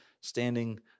standing